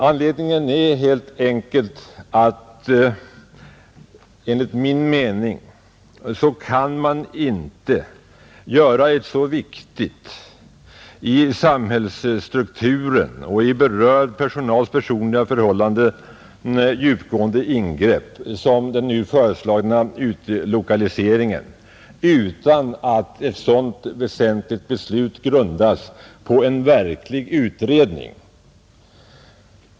Anledningen är helt enkelt att man enligt min mening inte kan göra ett så viktigt, i samhällsstrukturen och i berörd personals personliga förhållanden så genomgripande ingrepp som den nu föreslagna utlokaliseringen utan att ett så väsentligt beslut grundas på en verklig utredning.